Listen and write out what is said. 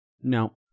No